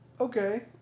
Okay